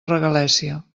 regalèssia